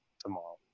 tomorrow